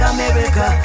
America